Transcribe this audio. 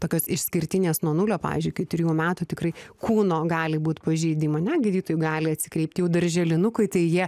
tokios išskirtinės nuo nulio pavyzdžiui kai trijų metų tikrai kūno gali būt pažeidimų netgi ir į tai gali atsikreipti jau darželinukui tai jie